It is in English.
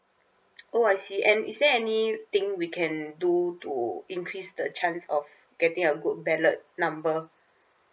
oh I see and is there anything we can do to increase the chance of getting a good ballot number